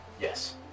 Yes